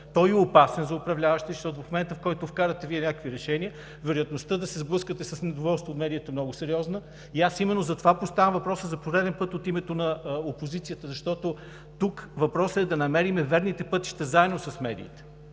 Той е и опасен за управляващите, защото в момента, в който Вие вкарате някакви решения, вероятността да се сблъскате с недоволство от медията е много сериозна. Именно затова поставям въпроса за пореден път от името на опозицията, защото въпросът е да намерим верните пътища заедно с медиите.